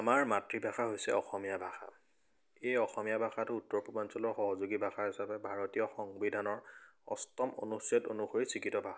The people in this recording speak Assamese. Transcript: আমাৰ মাতৃভাষা হৈছে অসমীয়া ভাষা এই অসমীয়া ভাষাটো উত্তৰ পূৰ্বাঞ্চলৰ সহযোগী ভাষা হিচাপে ভাৰতীয় সংবিধানৰ অষ্টম অনুচিত অনুসৰি স্বীকৃত ভাষা